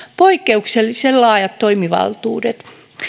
poikkeuksellisen laajat toimivaltuudet